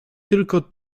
tylko